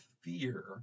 fear